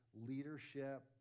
leadership